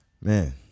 Man